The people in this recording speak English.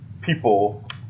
people